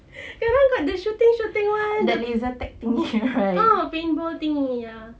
that [one] got the shooting shooting [one] paintball thingy ya